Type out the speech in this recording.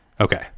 Okay